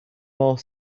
more